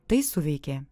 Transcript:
tai suveikė